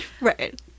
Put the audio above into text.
right